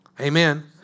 Amen